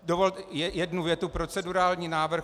Dovolte jednu větu procedurální návrh.